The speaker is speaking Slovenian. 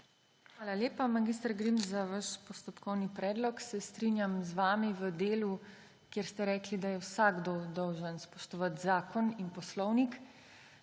Hvala lepa, mag. Grims, za vaš postopkovni predlog. Se strinjam z vami v delu, kjer ste rekli, da je vsakdo dolžan spoštovati zakon in poslovnik.